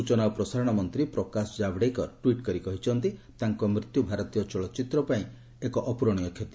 ସୂଚନା ଓ ପ୍ରସାରଣ ମନ୍ତ୍ରୀ ପ୍ରକାଶ ଜାଭେଡ୍କର ଟୁଇଟ୍ କରି କହିଛନ୍ତି ତାଙ୍କ ମୃତ୍ୟୁ ଭାରତୀୟ ଚଳଚ୍ଚିତ୍ର ଶିଳ୍ପ ପାଇଁ ଏକ ଅପୂରଣୀୟ କ୍ଷତି